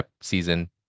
season